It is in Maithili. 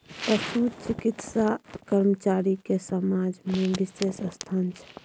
पशु चिकित्सा कर्मचारी के समाज में बिशेष स्थान छै